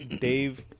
Dave